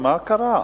מה קרה?